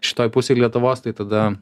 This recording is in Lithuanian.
šitoj pusėj lietuvos tai tada